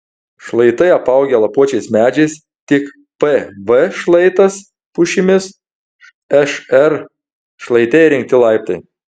šlaitai apaugę lapuočiais medžiais tik pv šlaitas pušimis šr šlaite įrengti laiptai